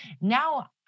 Now